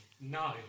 No